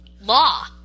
law